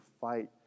fight